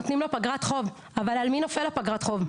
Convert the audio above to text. נותנים לו פגרת חוב, אבל על מי נופלת פגרת החוב?